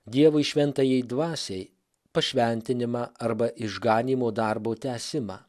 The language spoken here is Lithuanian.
dievui šventajai dvasiai pašventinimą arba išganymo darbo tęsimą